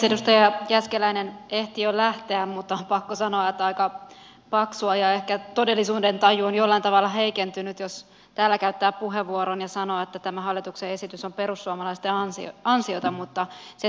edustaja jääskeläinen ehti jo lähteä mutta on pakko sanoa että on aika paksua ja ehkä todellisuudentaju on jollain tavalla heikentynyt jos täällä käyttää puheenvuoron ja sanoo että tämä hallituksen esitys on perussuomalaisten ansiota mutta se siitä